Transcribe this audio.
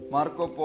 Marco